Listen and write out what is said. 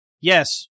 Yes